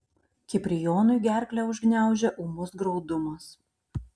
kiprijonui gerklę užgniaužia ūmus graudumas